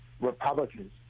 Republicans